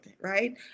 right